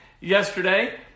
yesterday